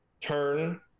turn